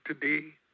today